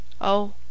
Oh